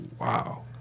wow